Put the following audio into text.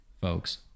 folks